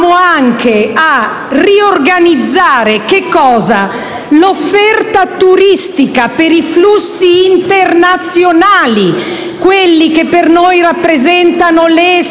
anche a riorganizzare l'offerta turistica per i flussi internazionali, quelli che per noi rappresentano le